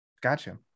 Gotcha